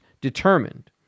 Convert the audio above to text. determined